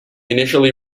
initially